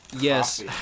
Yes